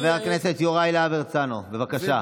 חבר הכנסת יוראי להב הרצנו, בבקשה.